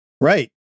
Right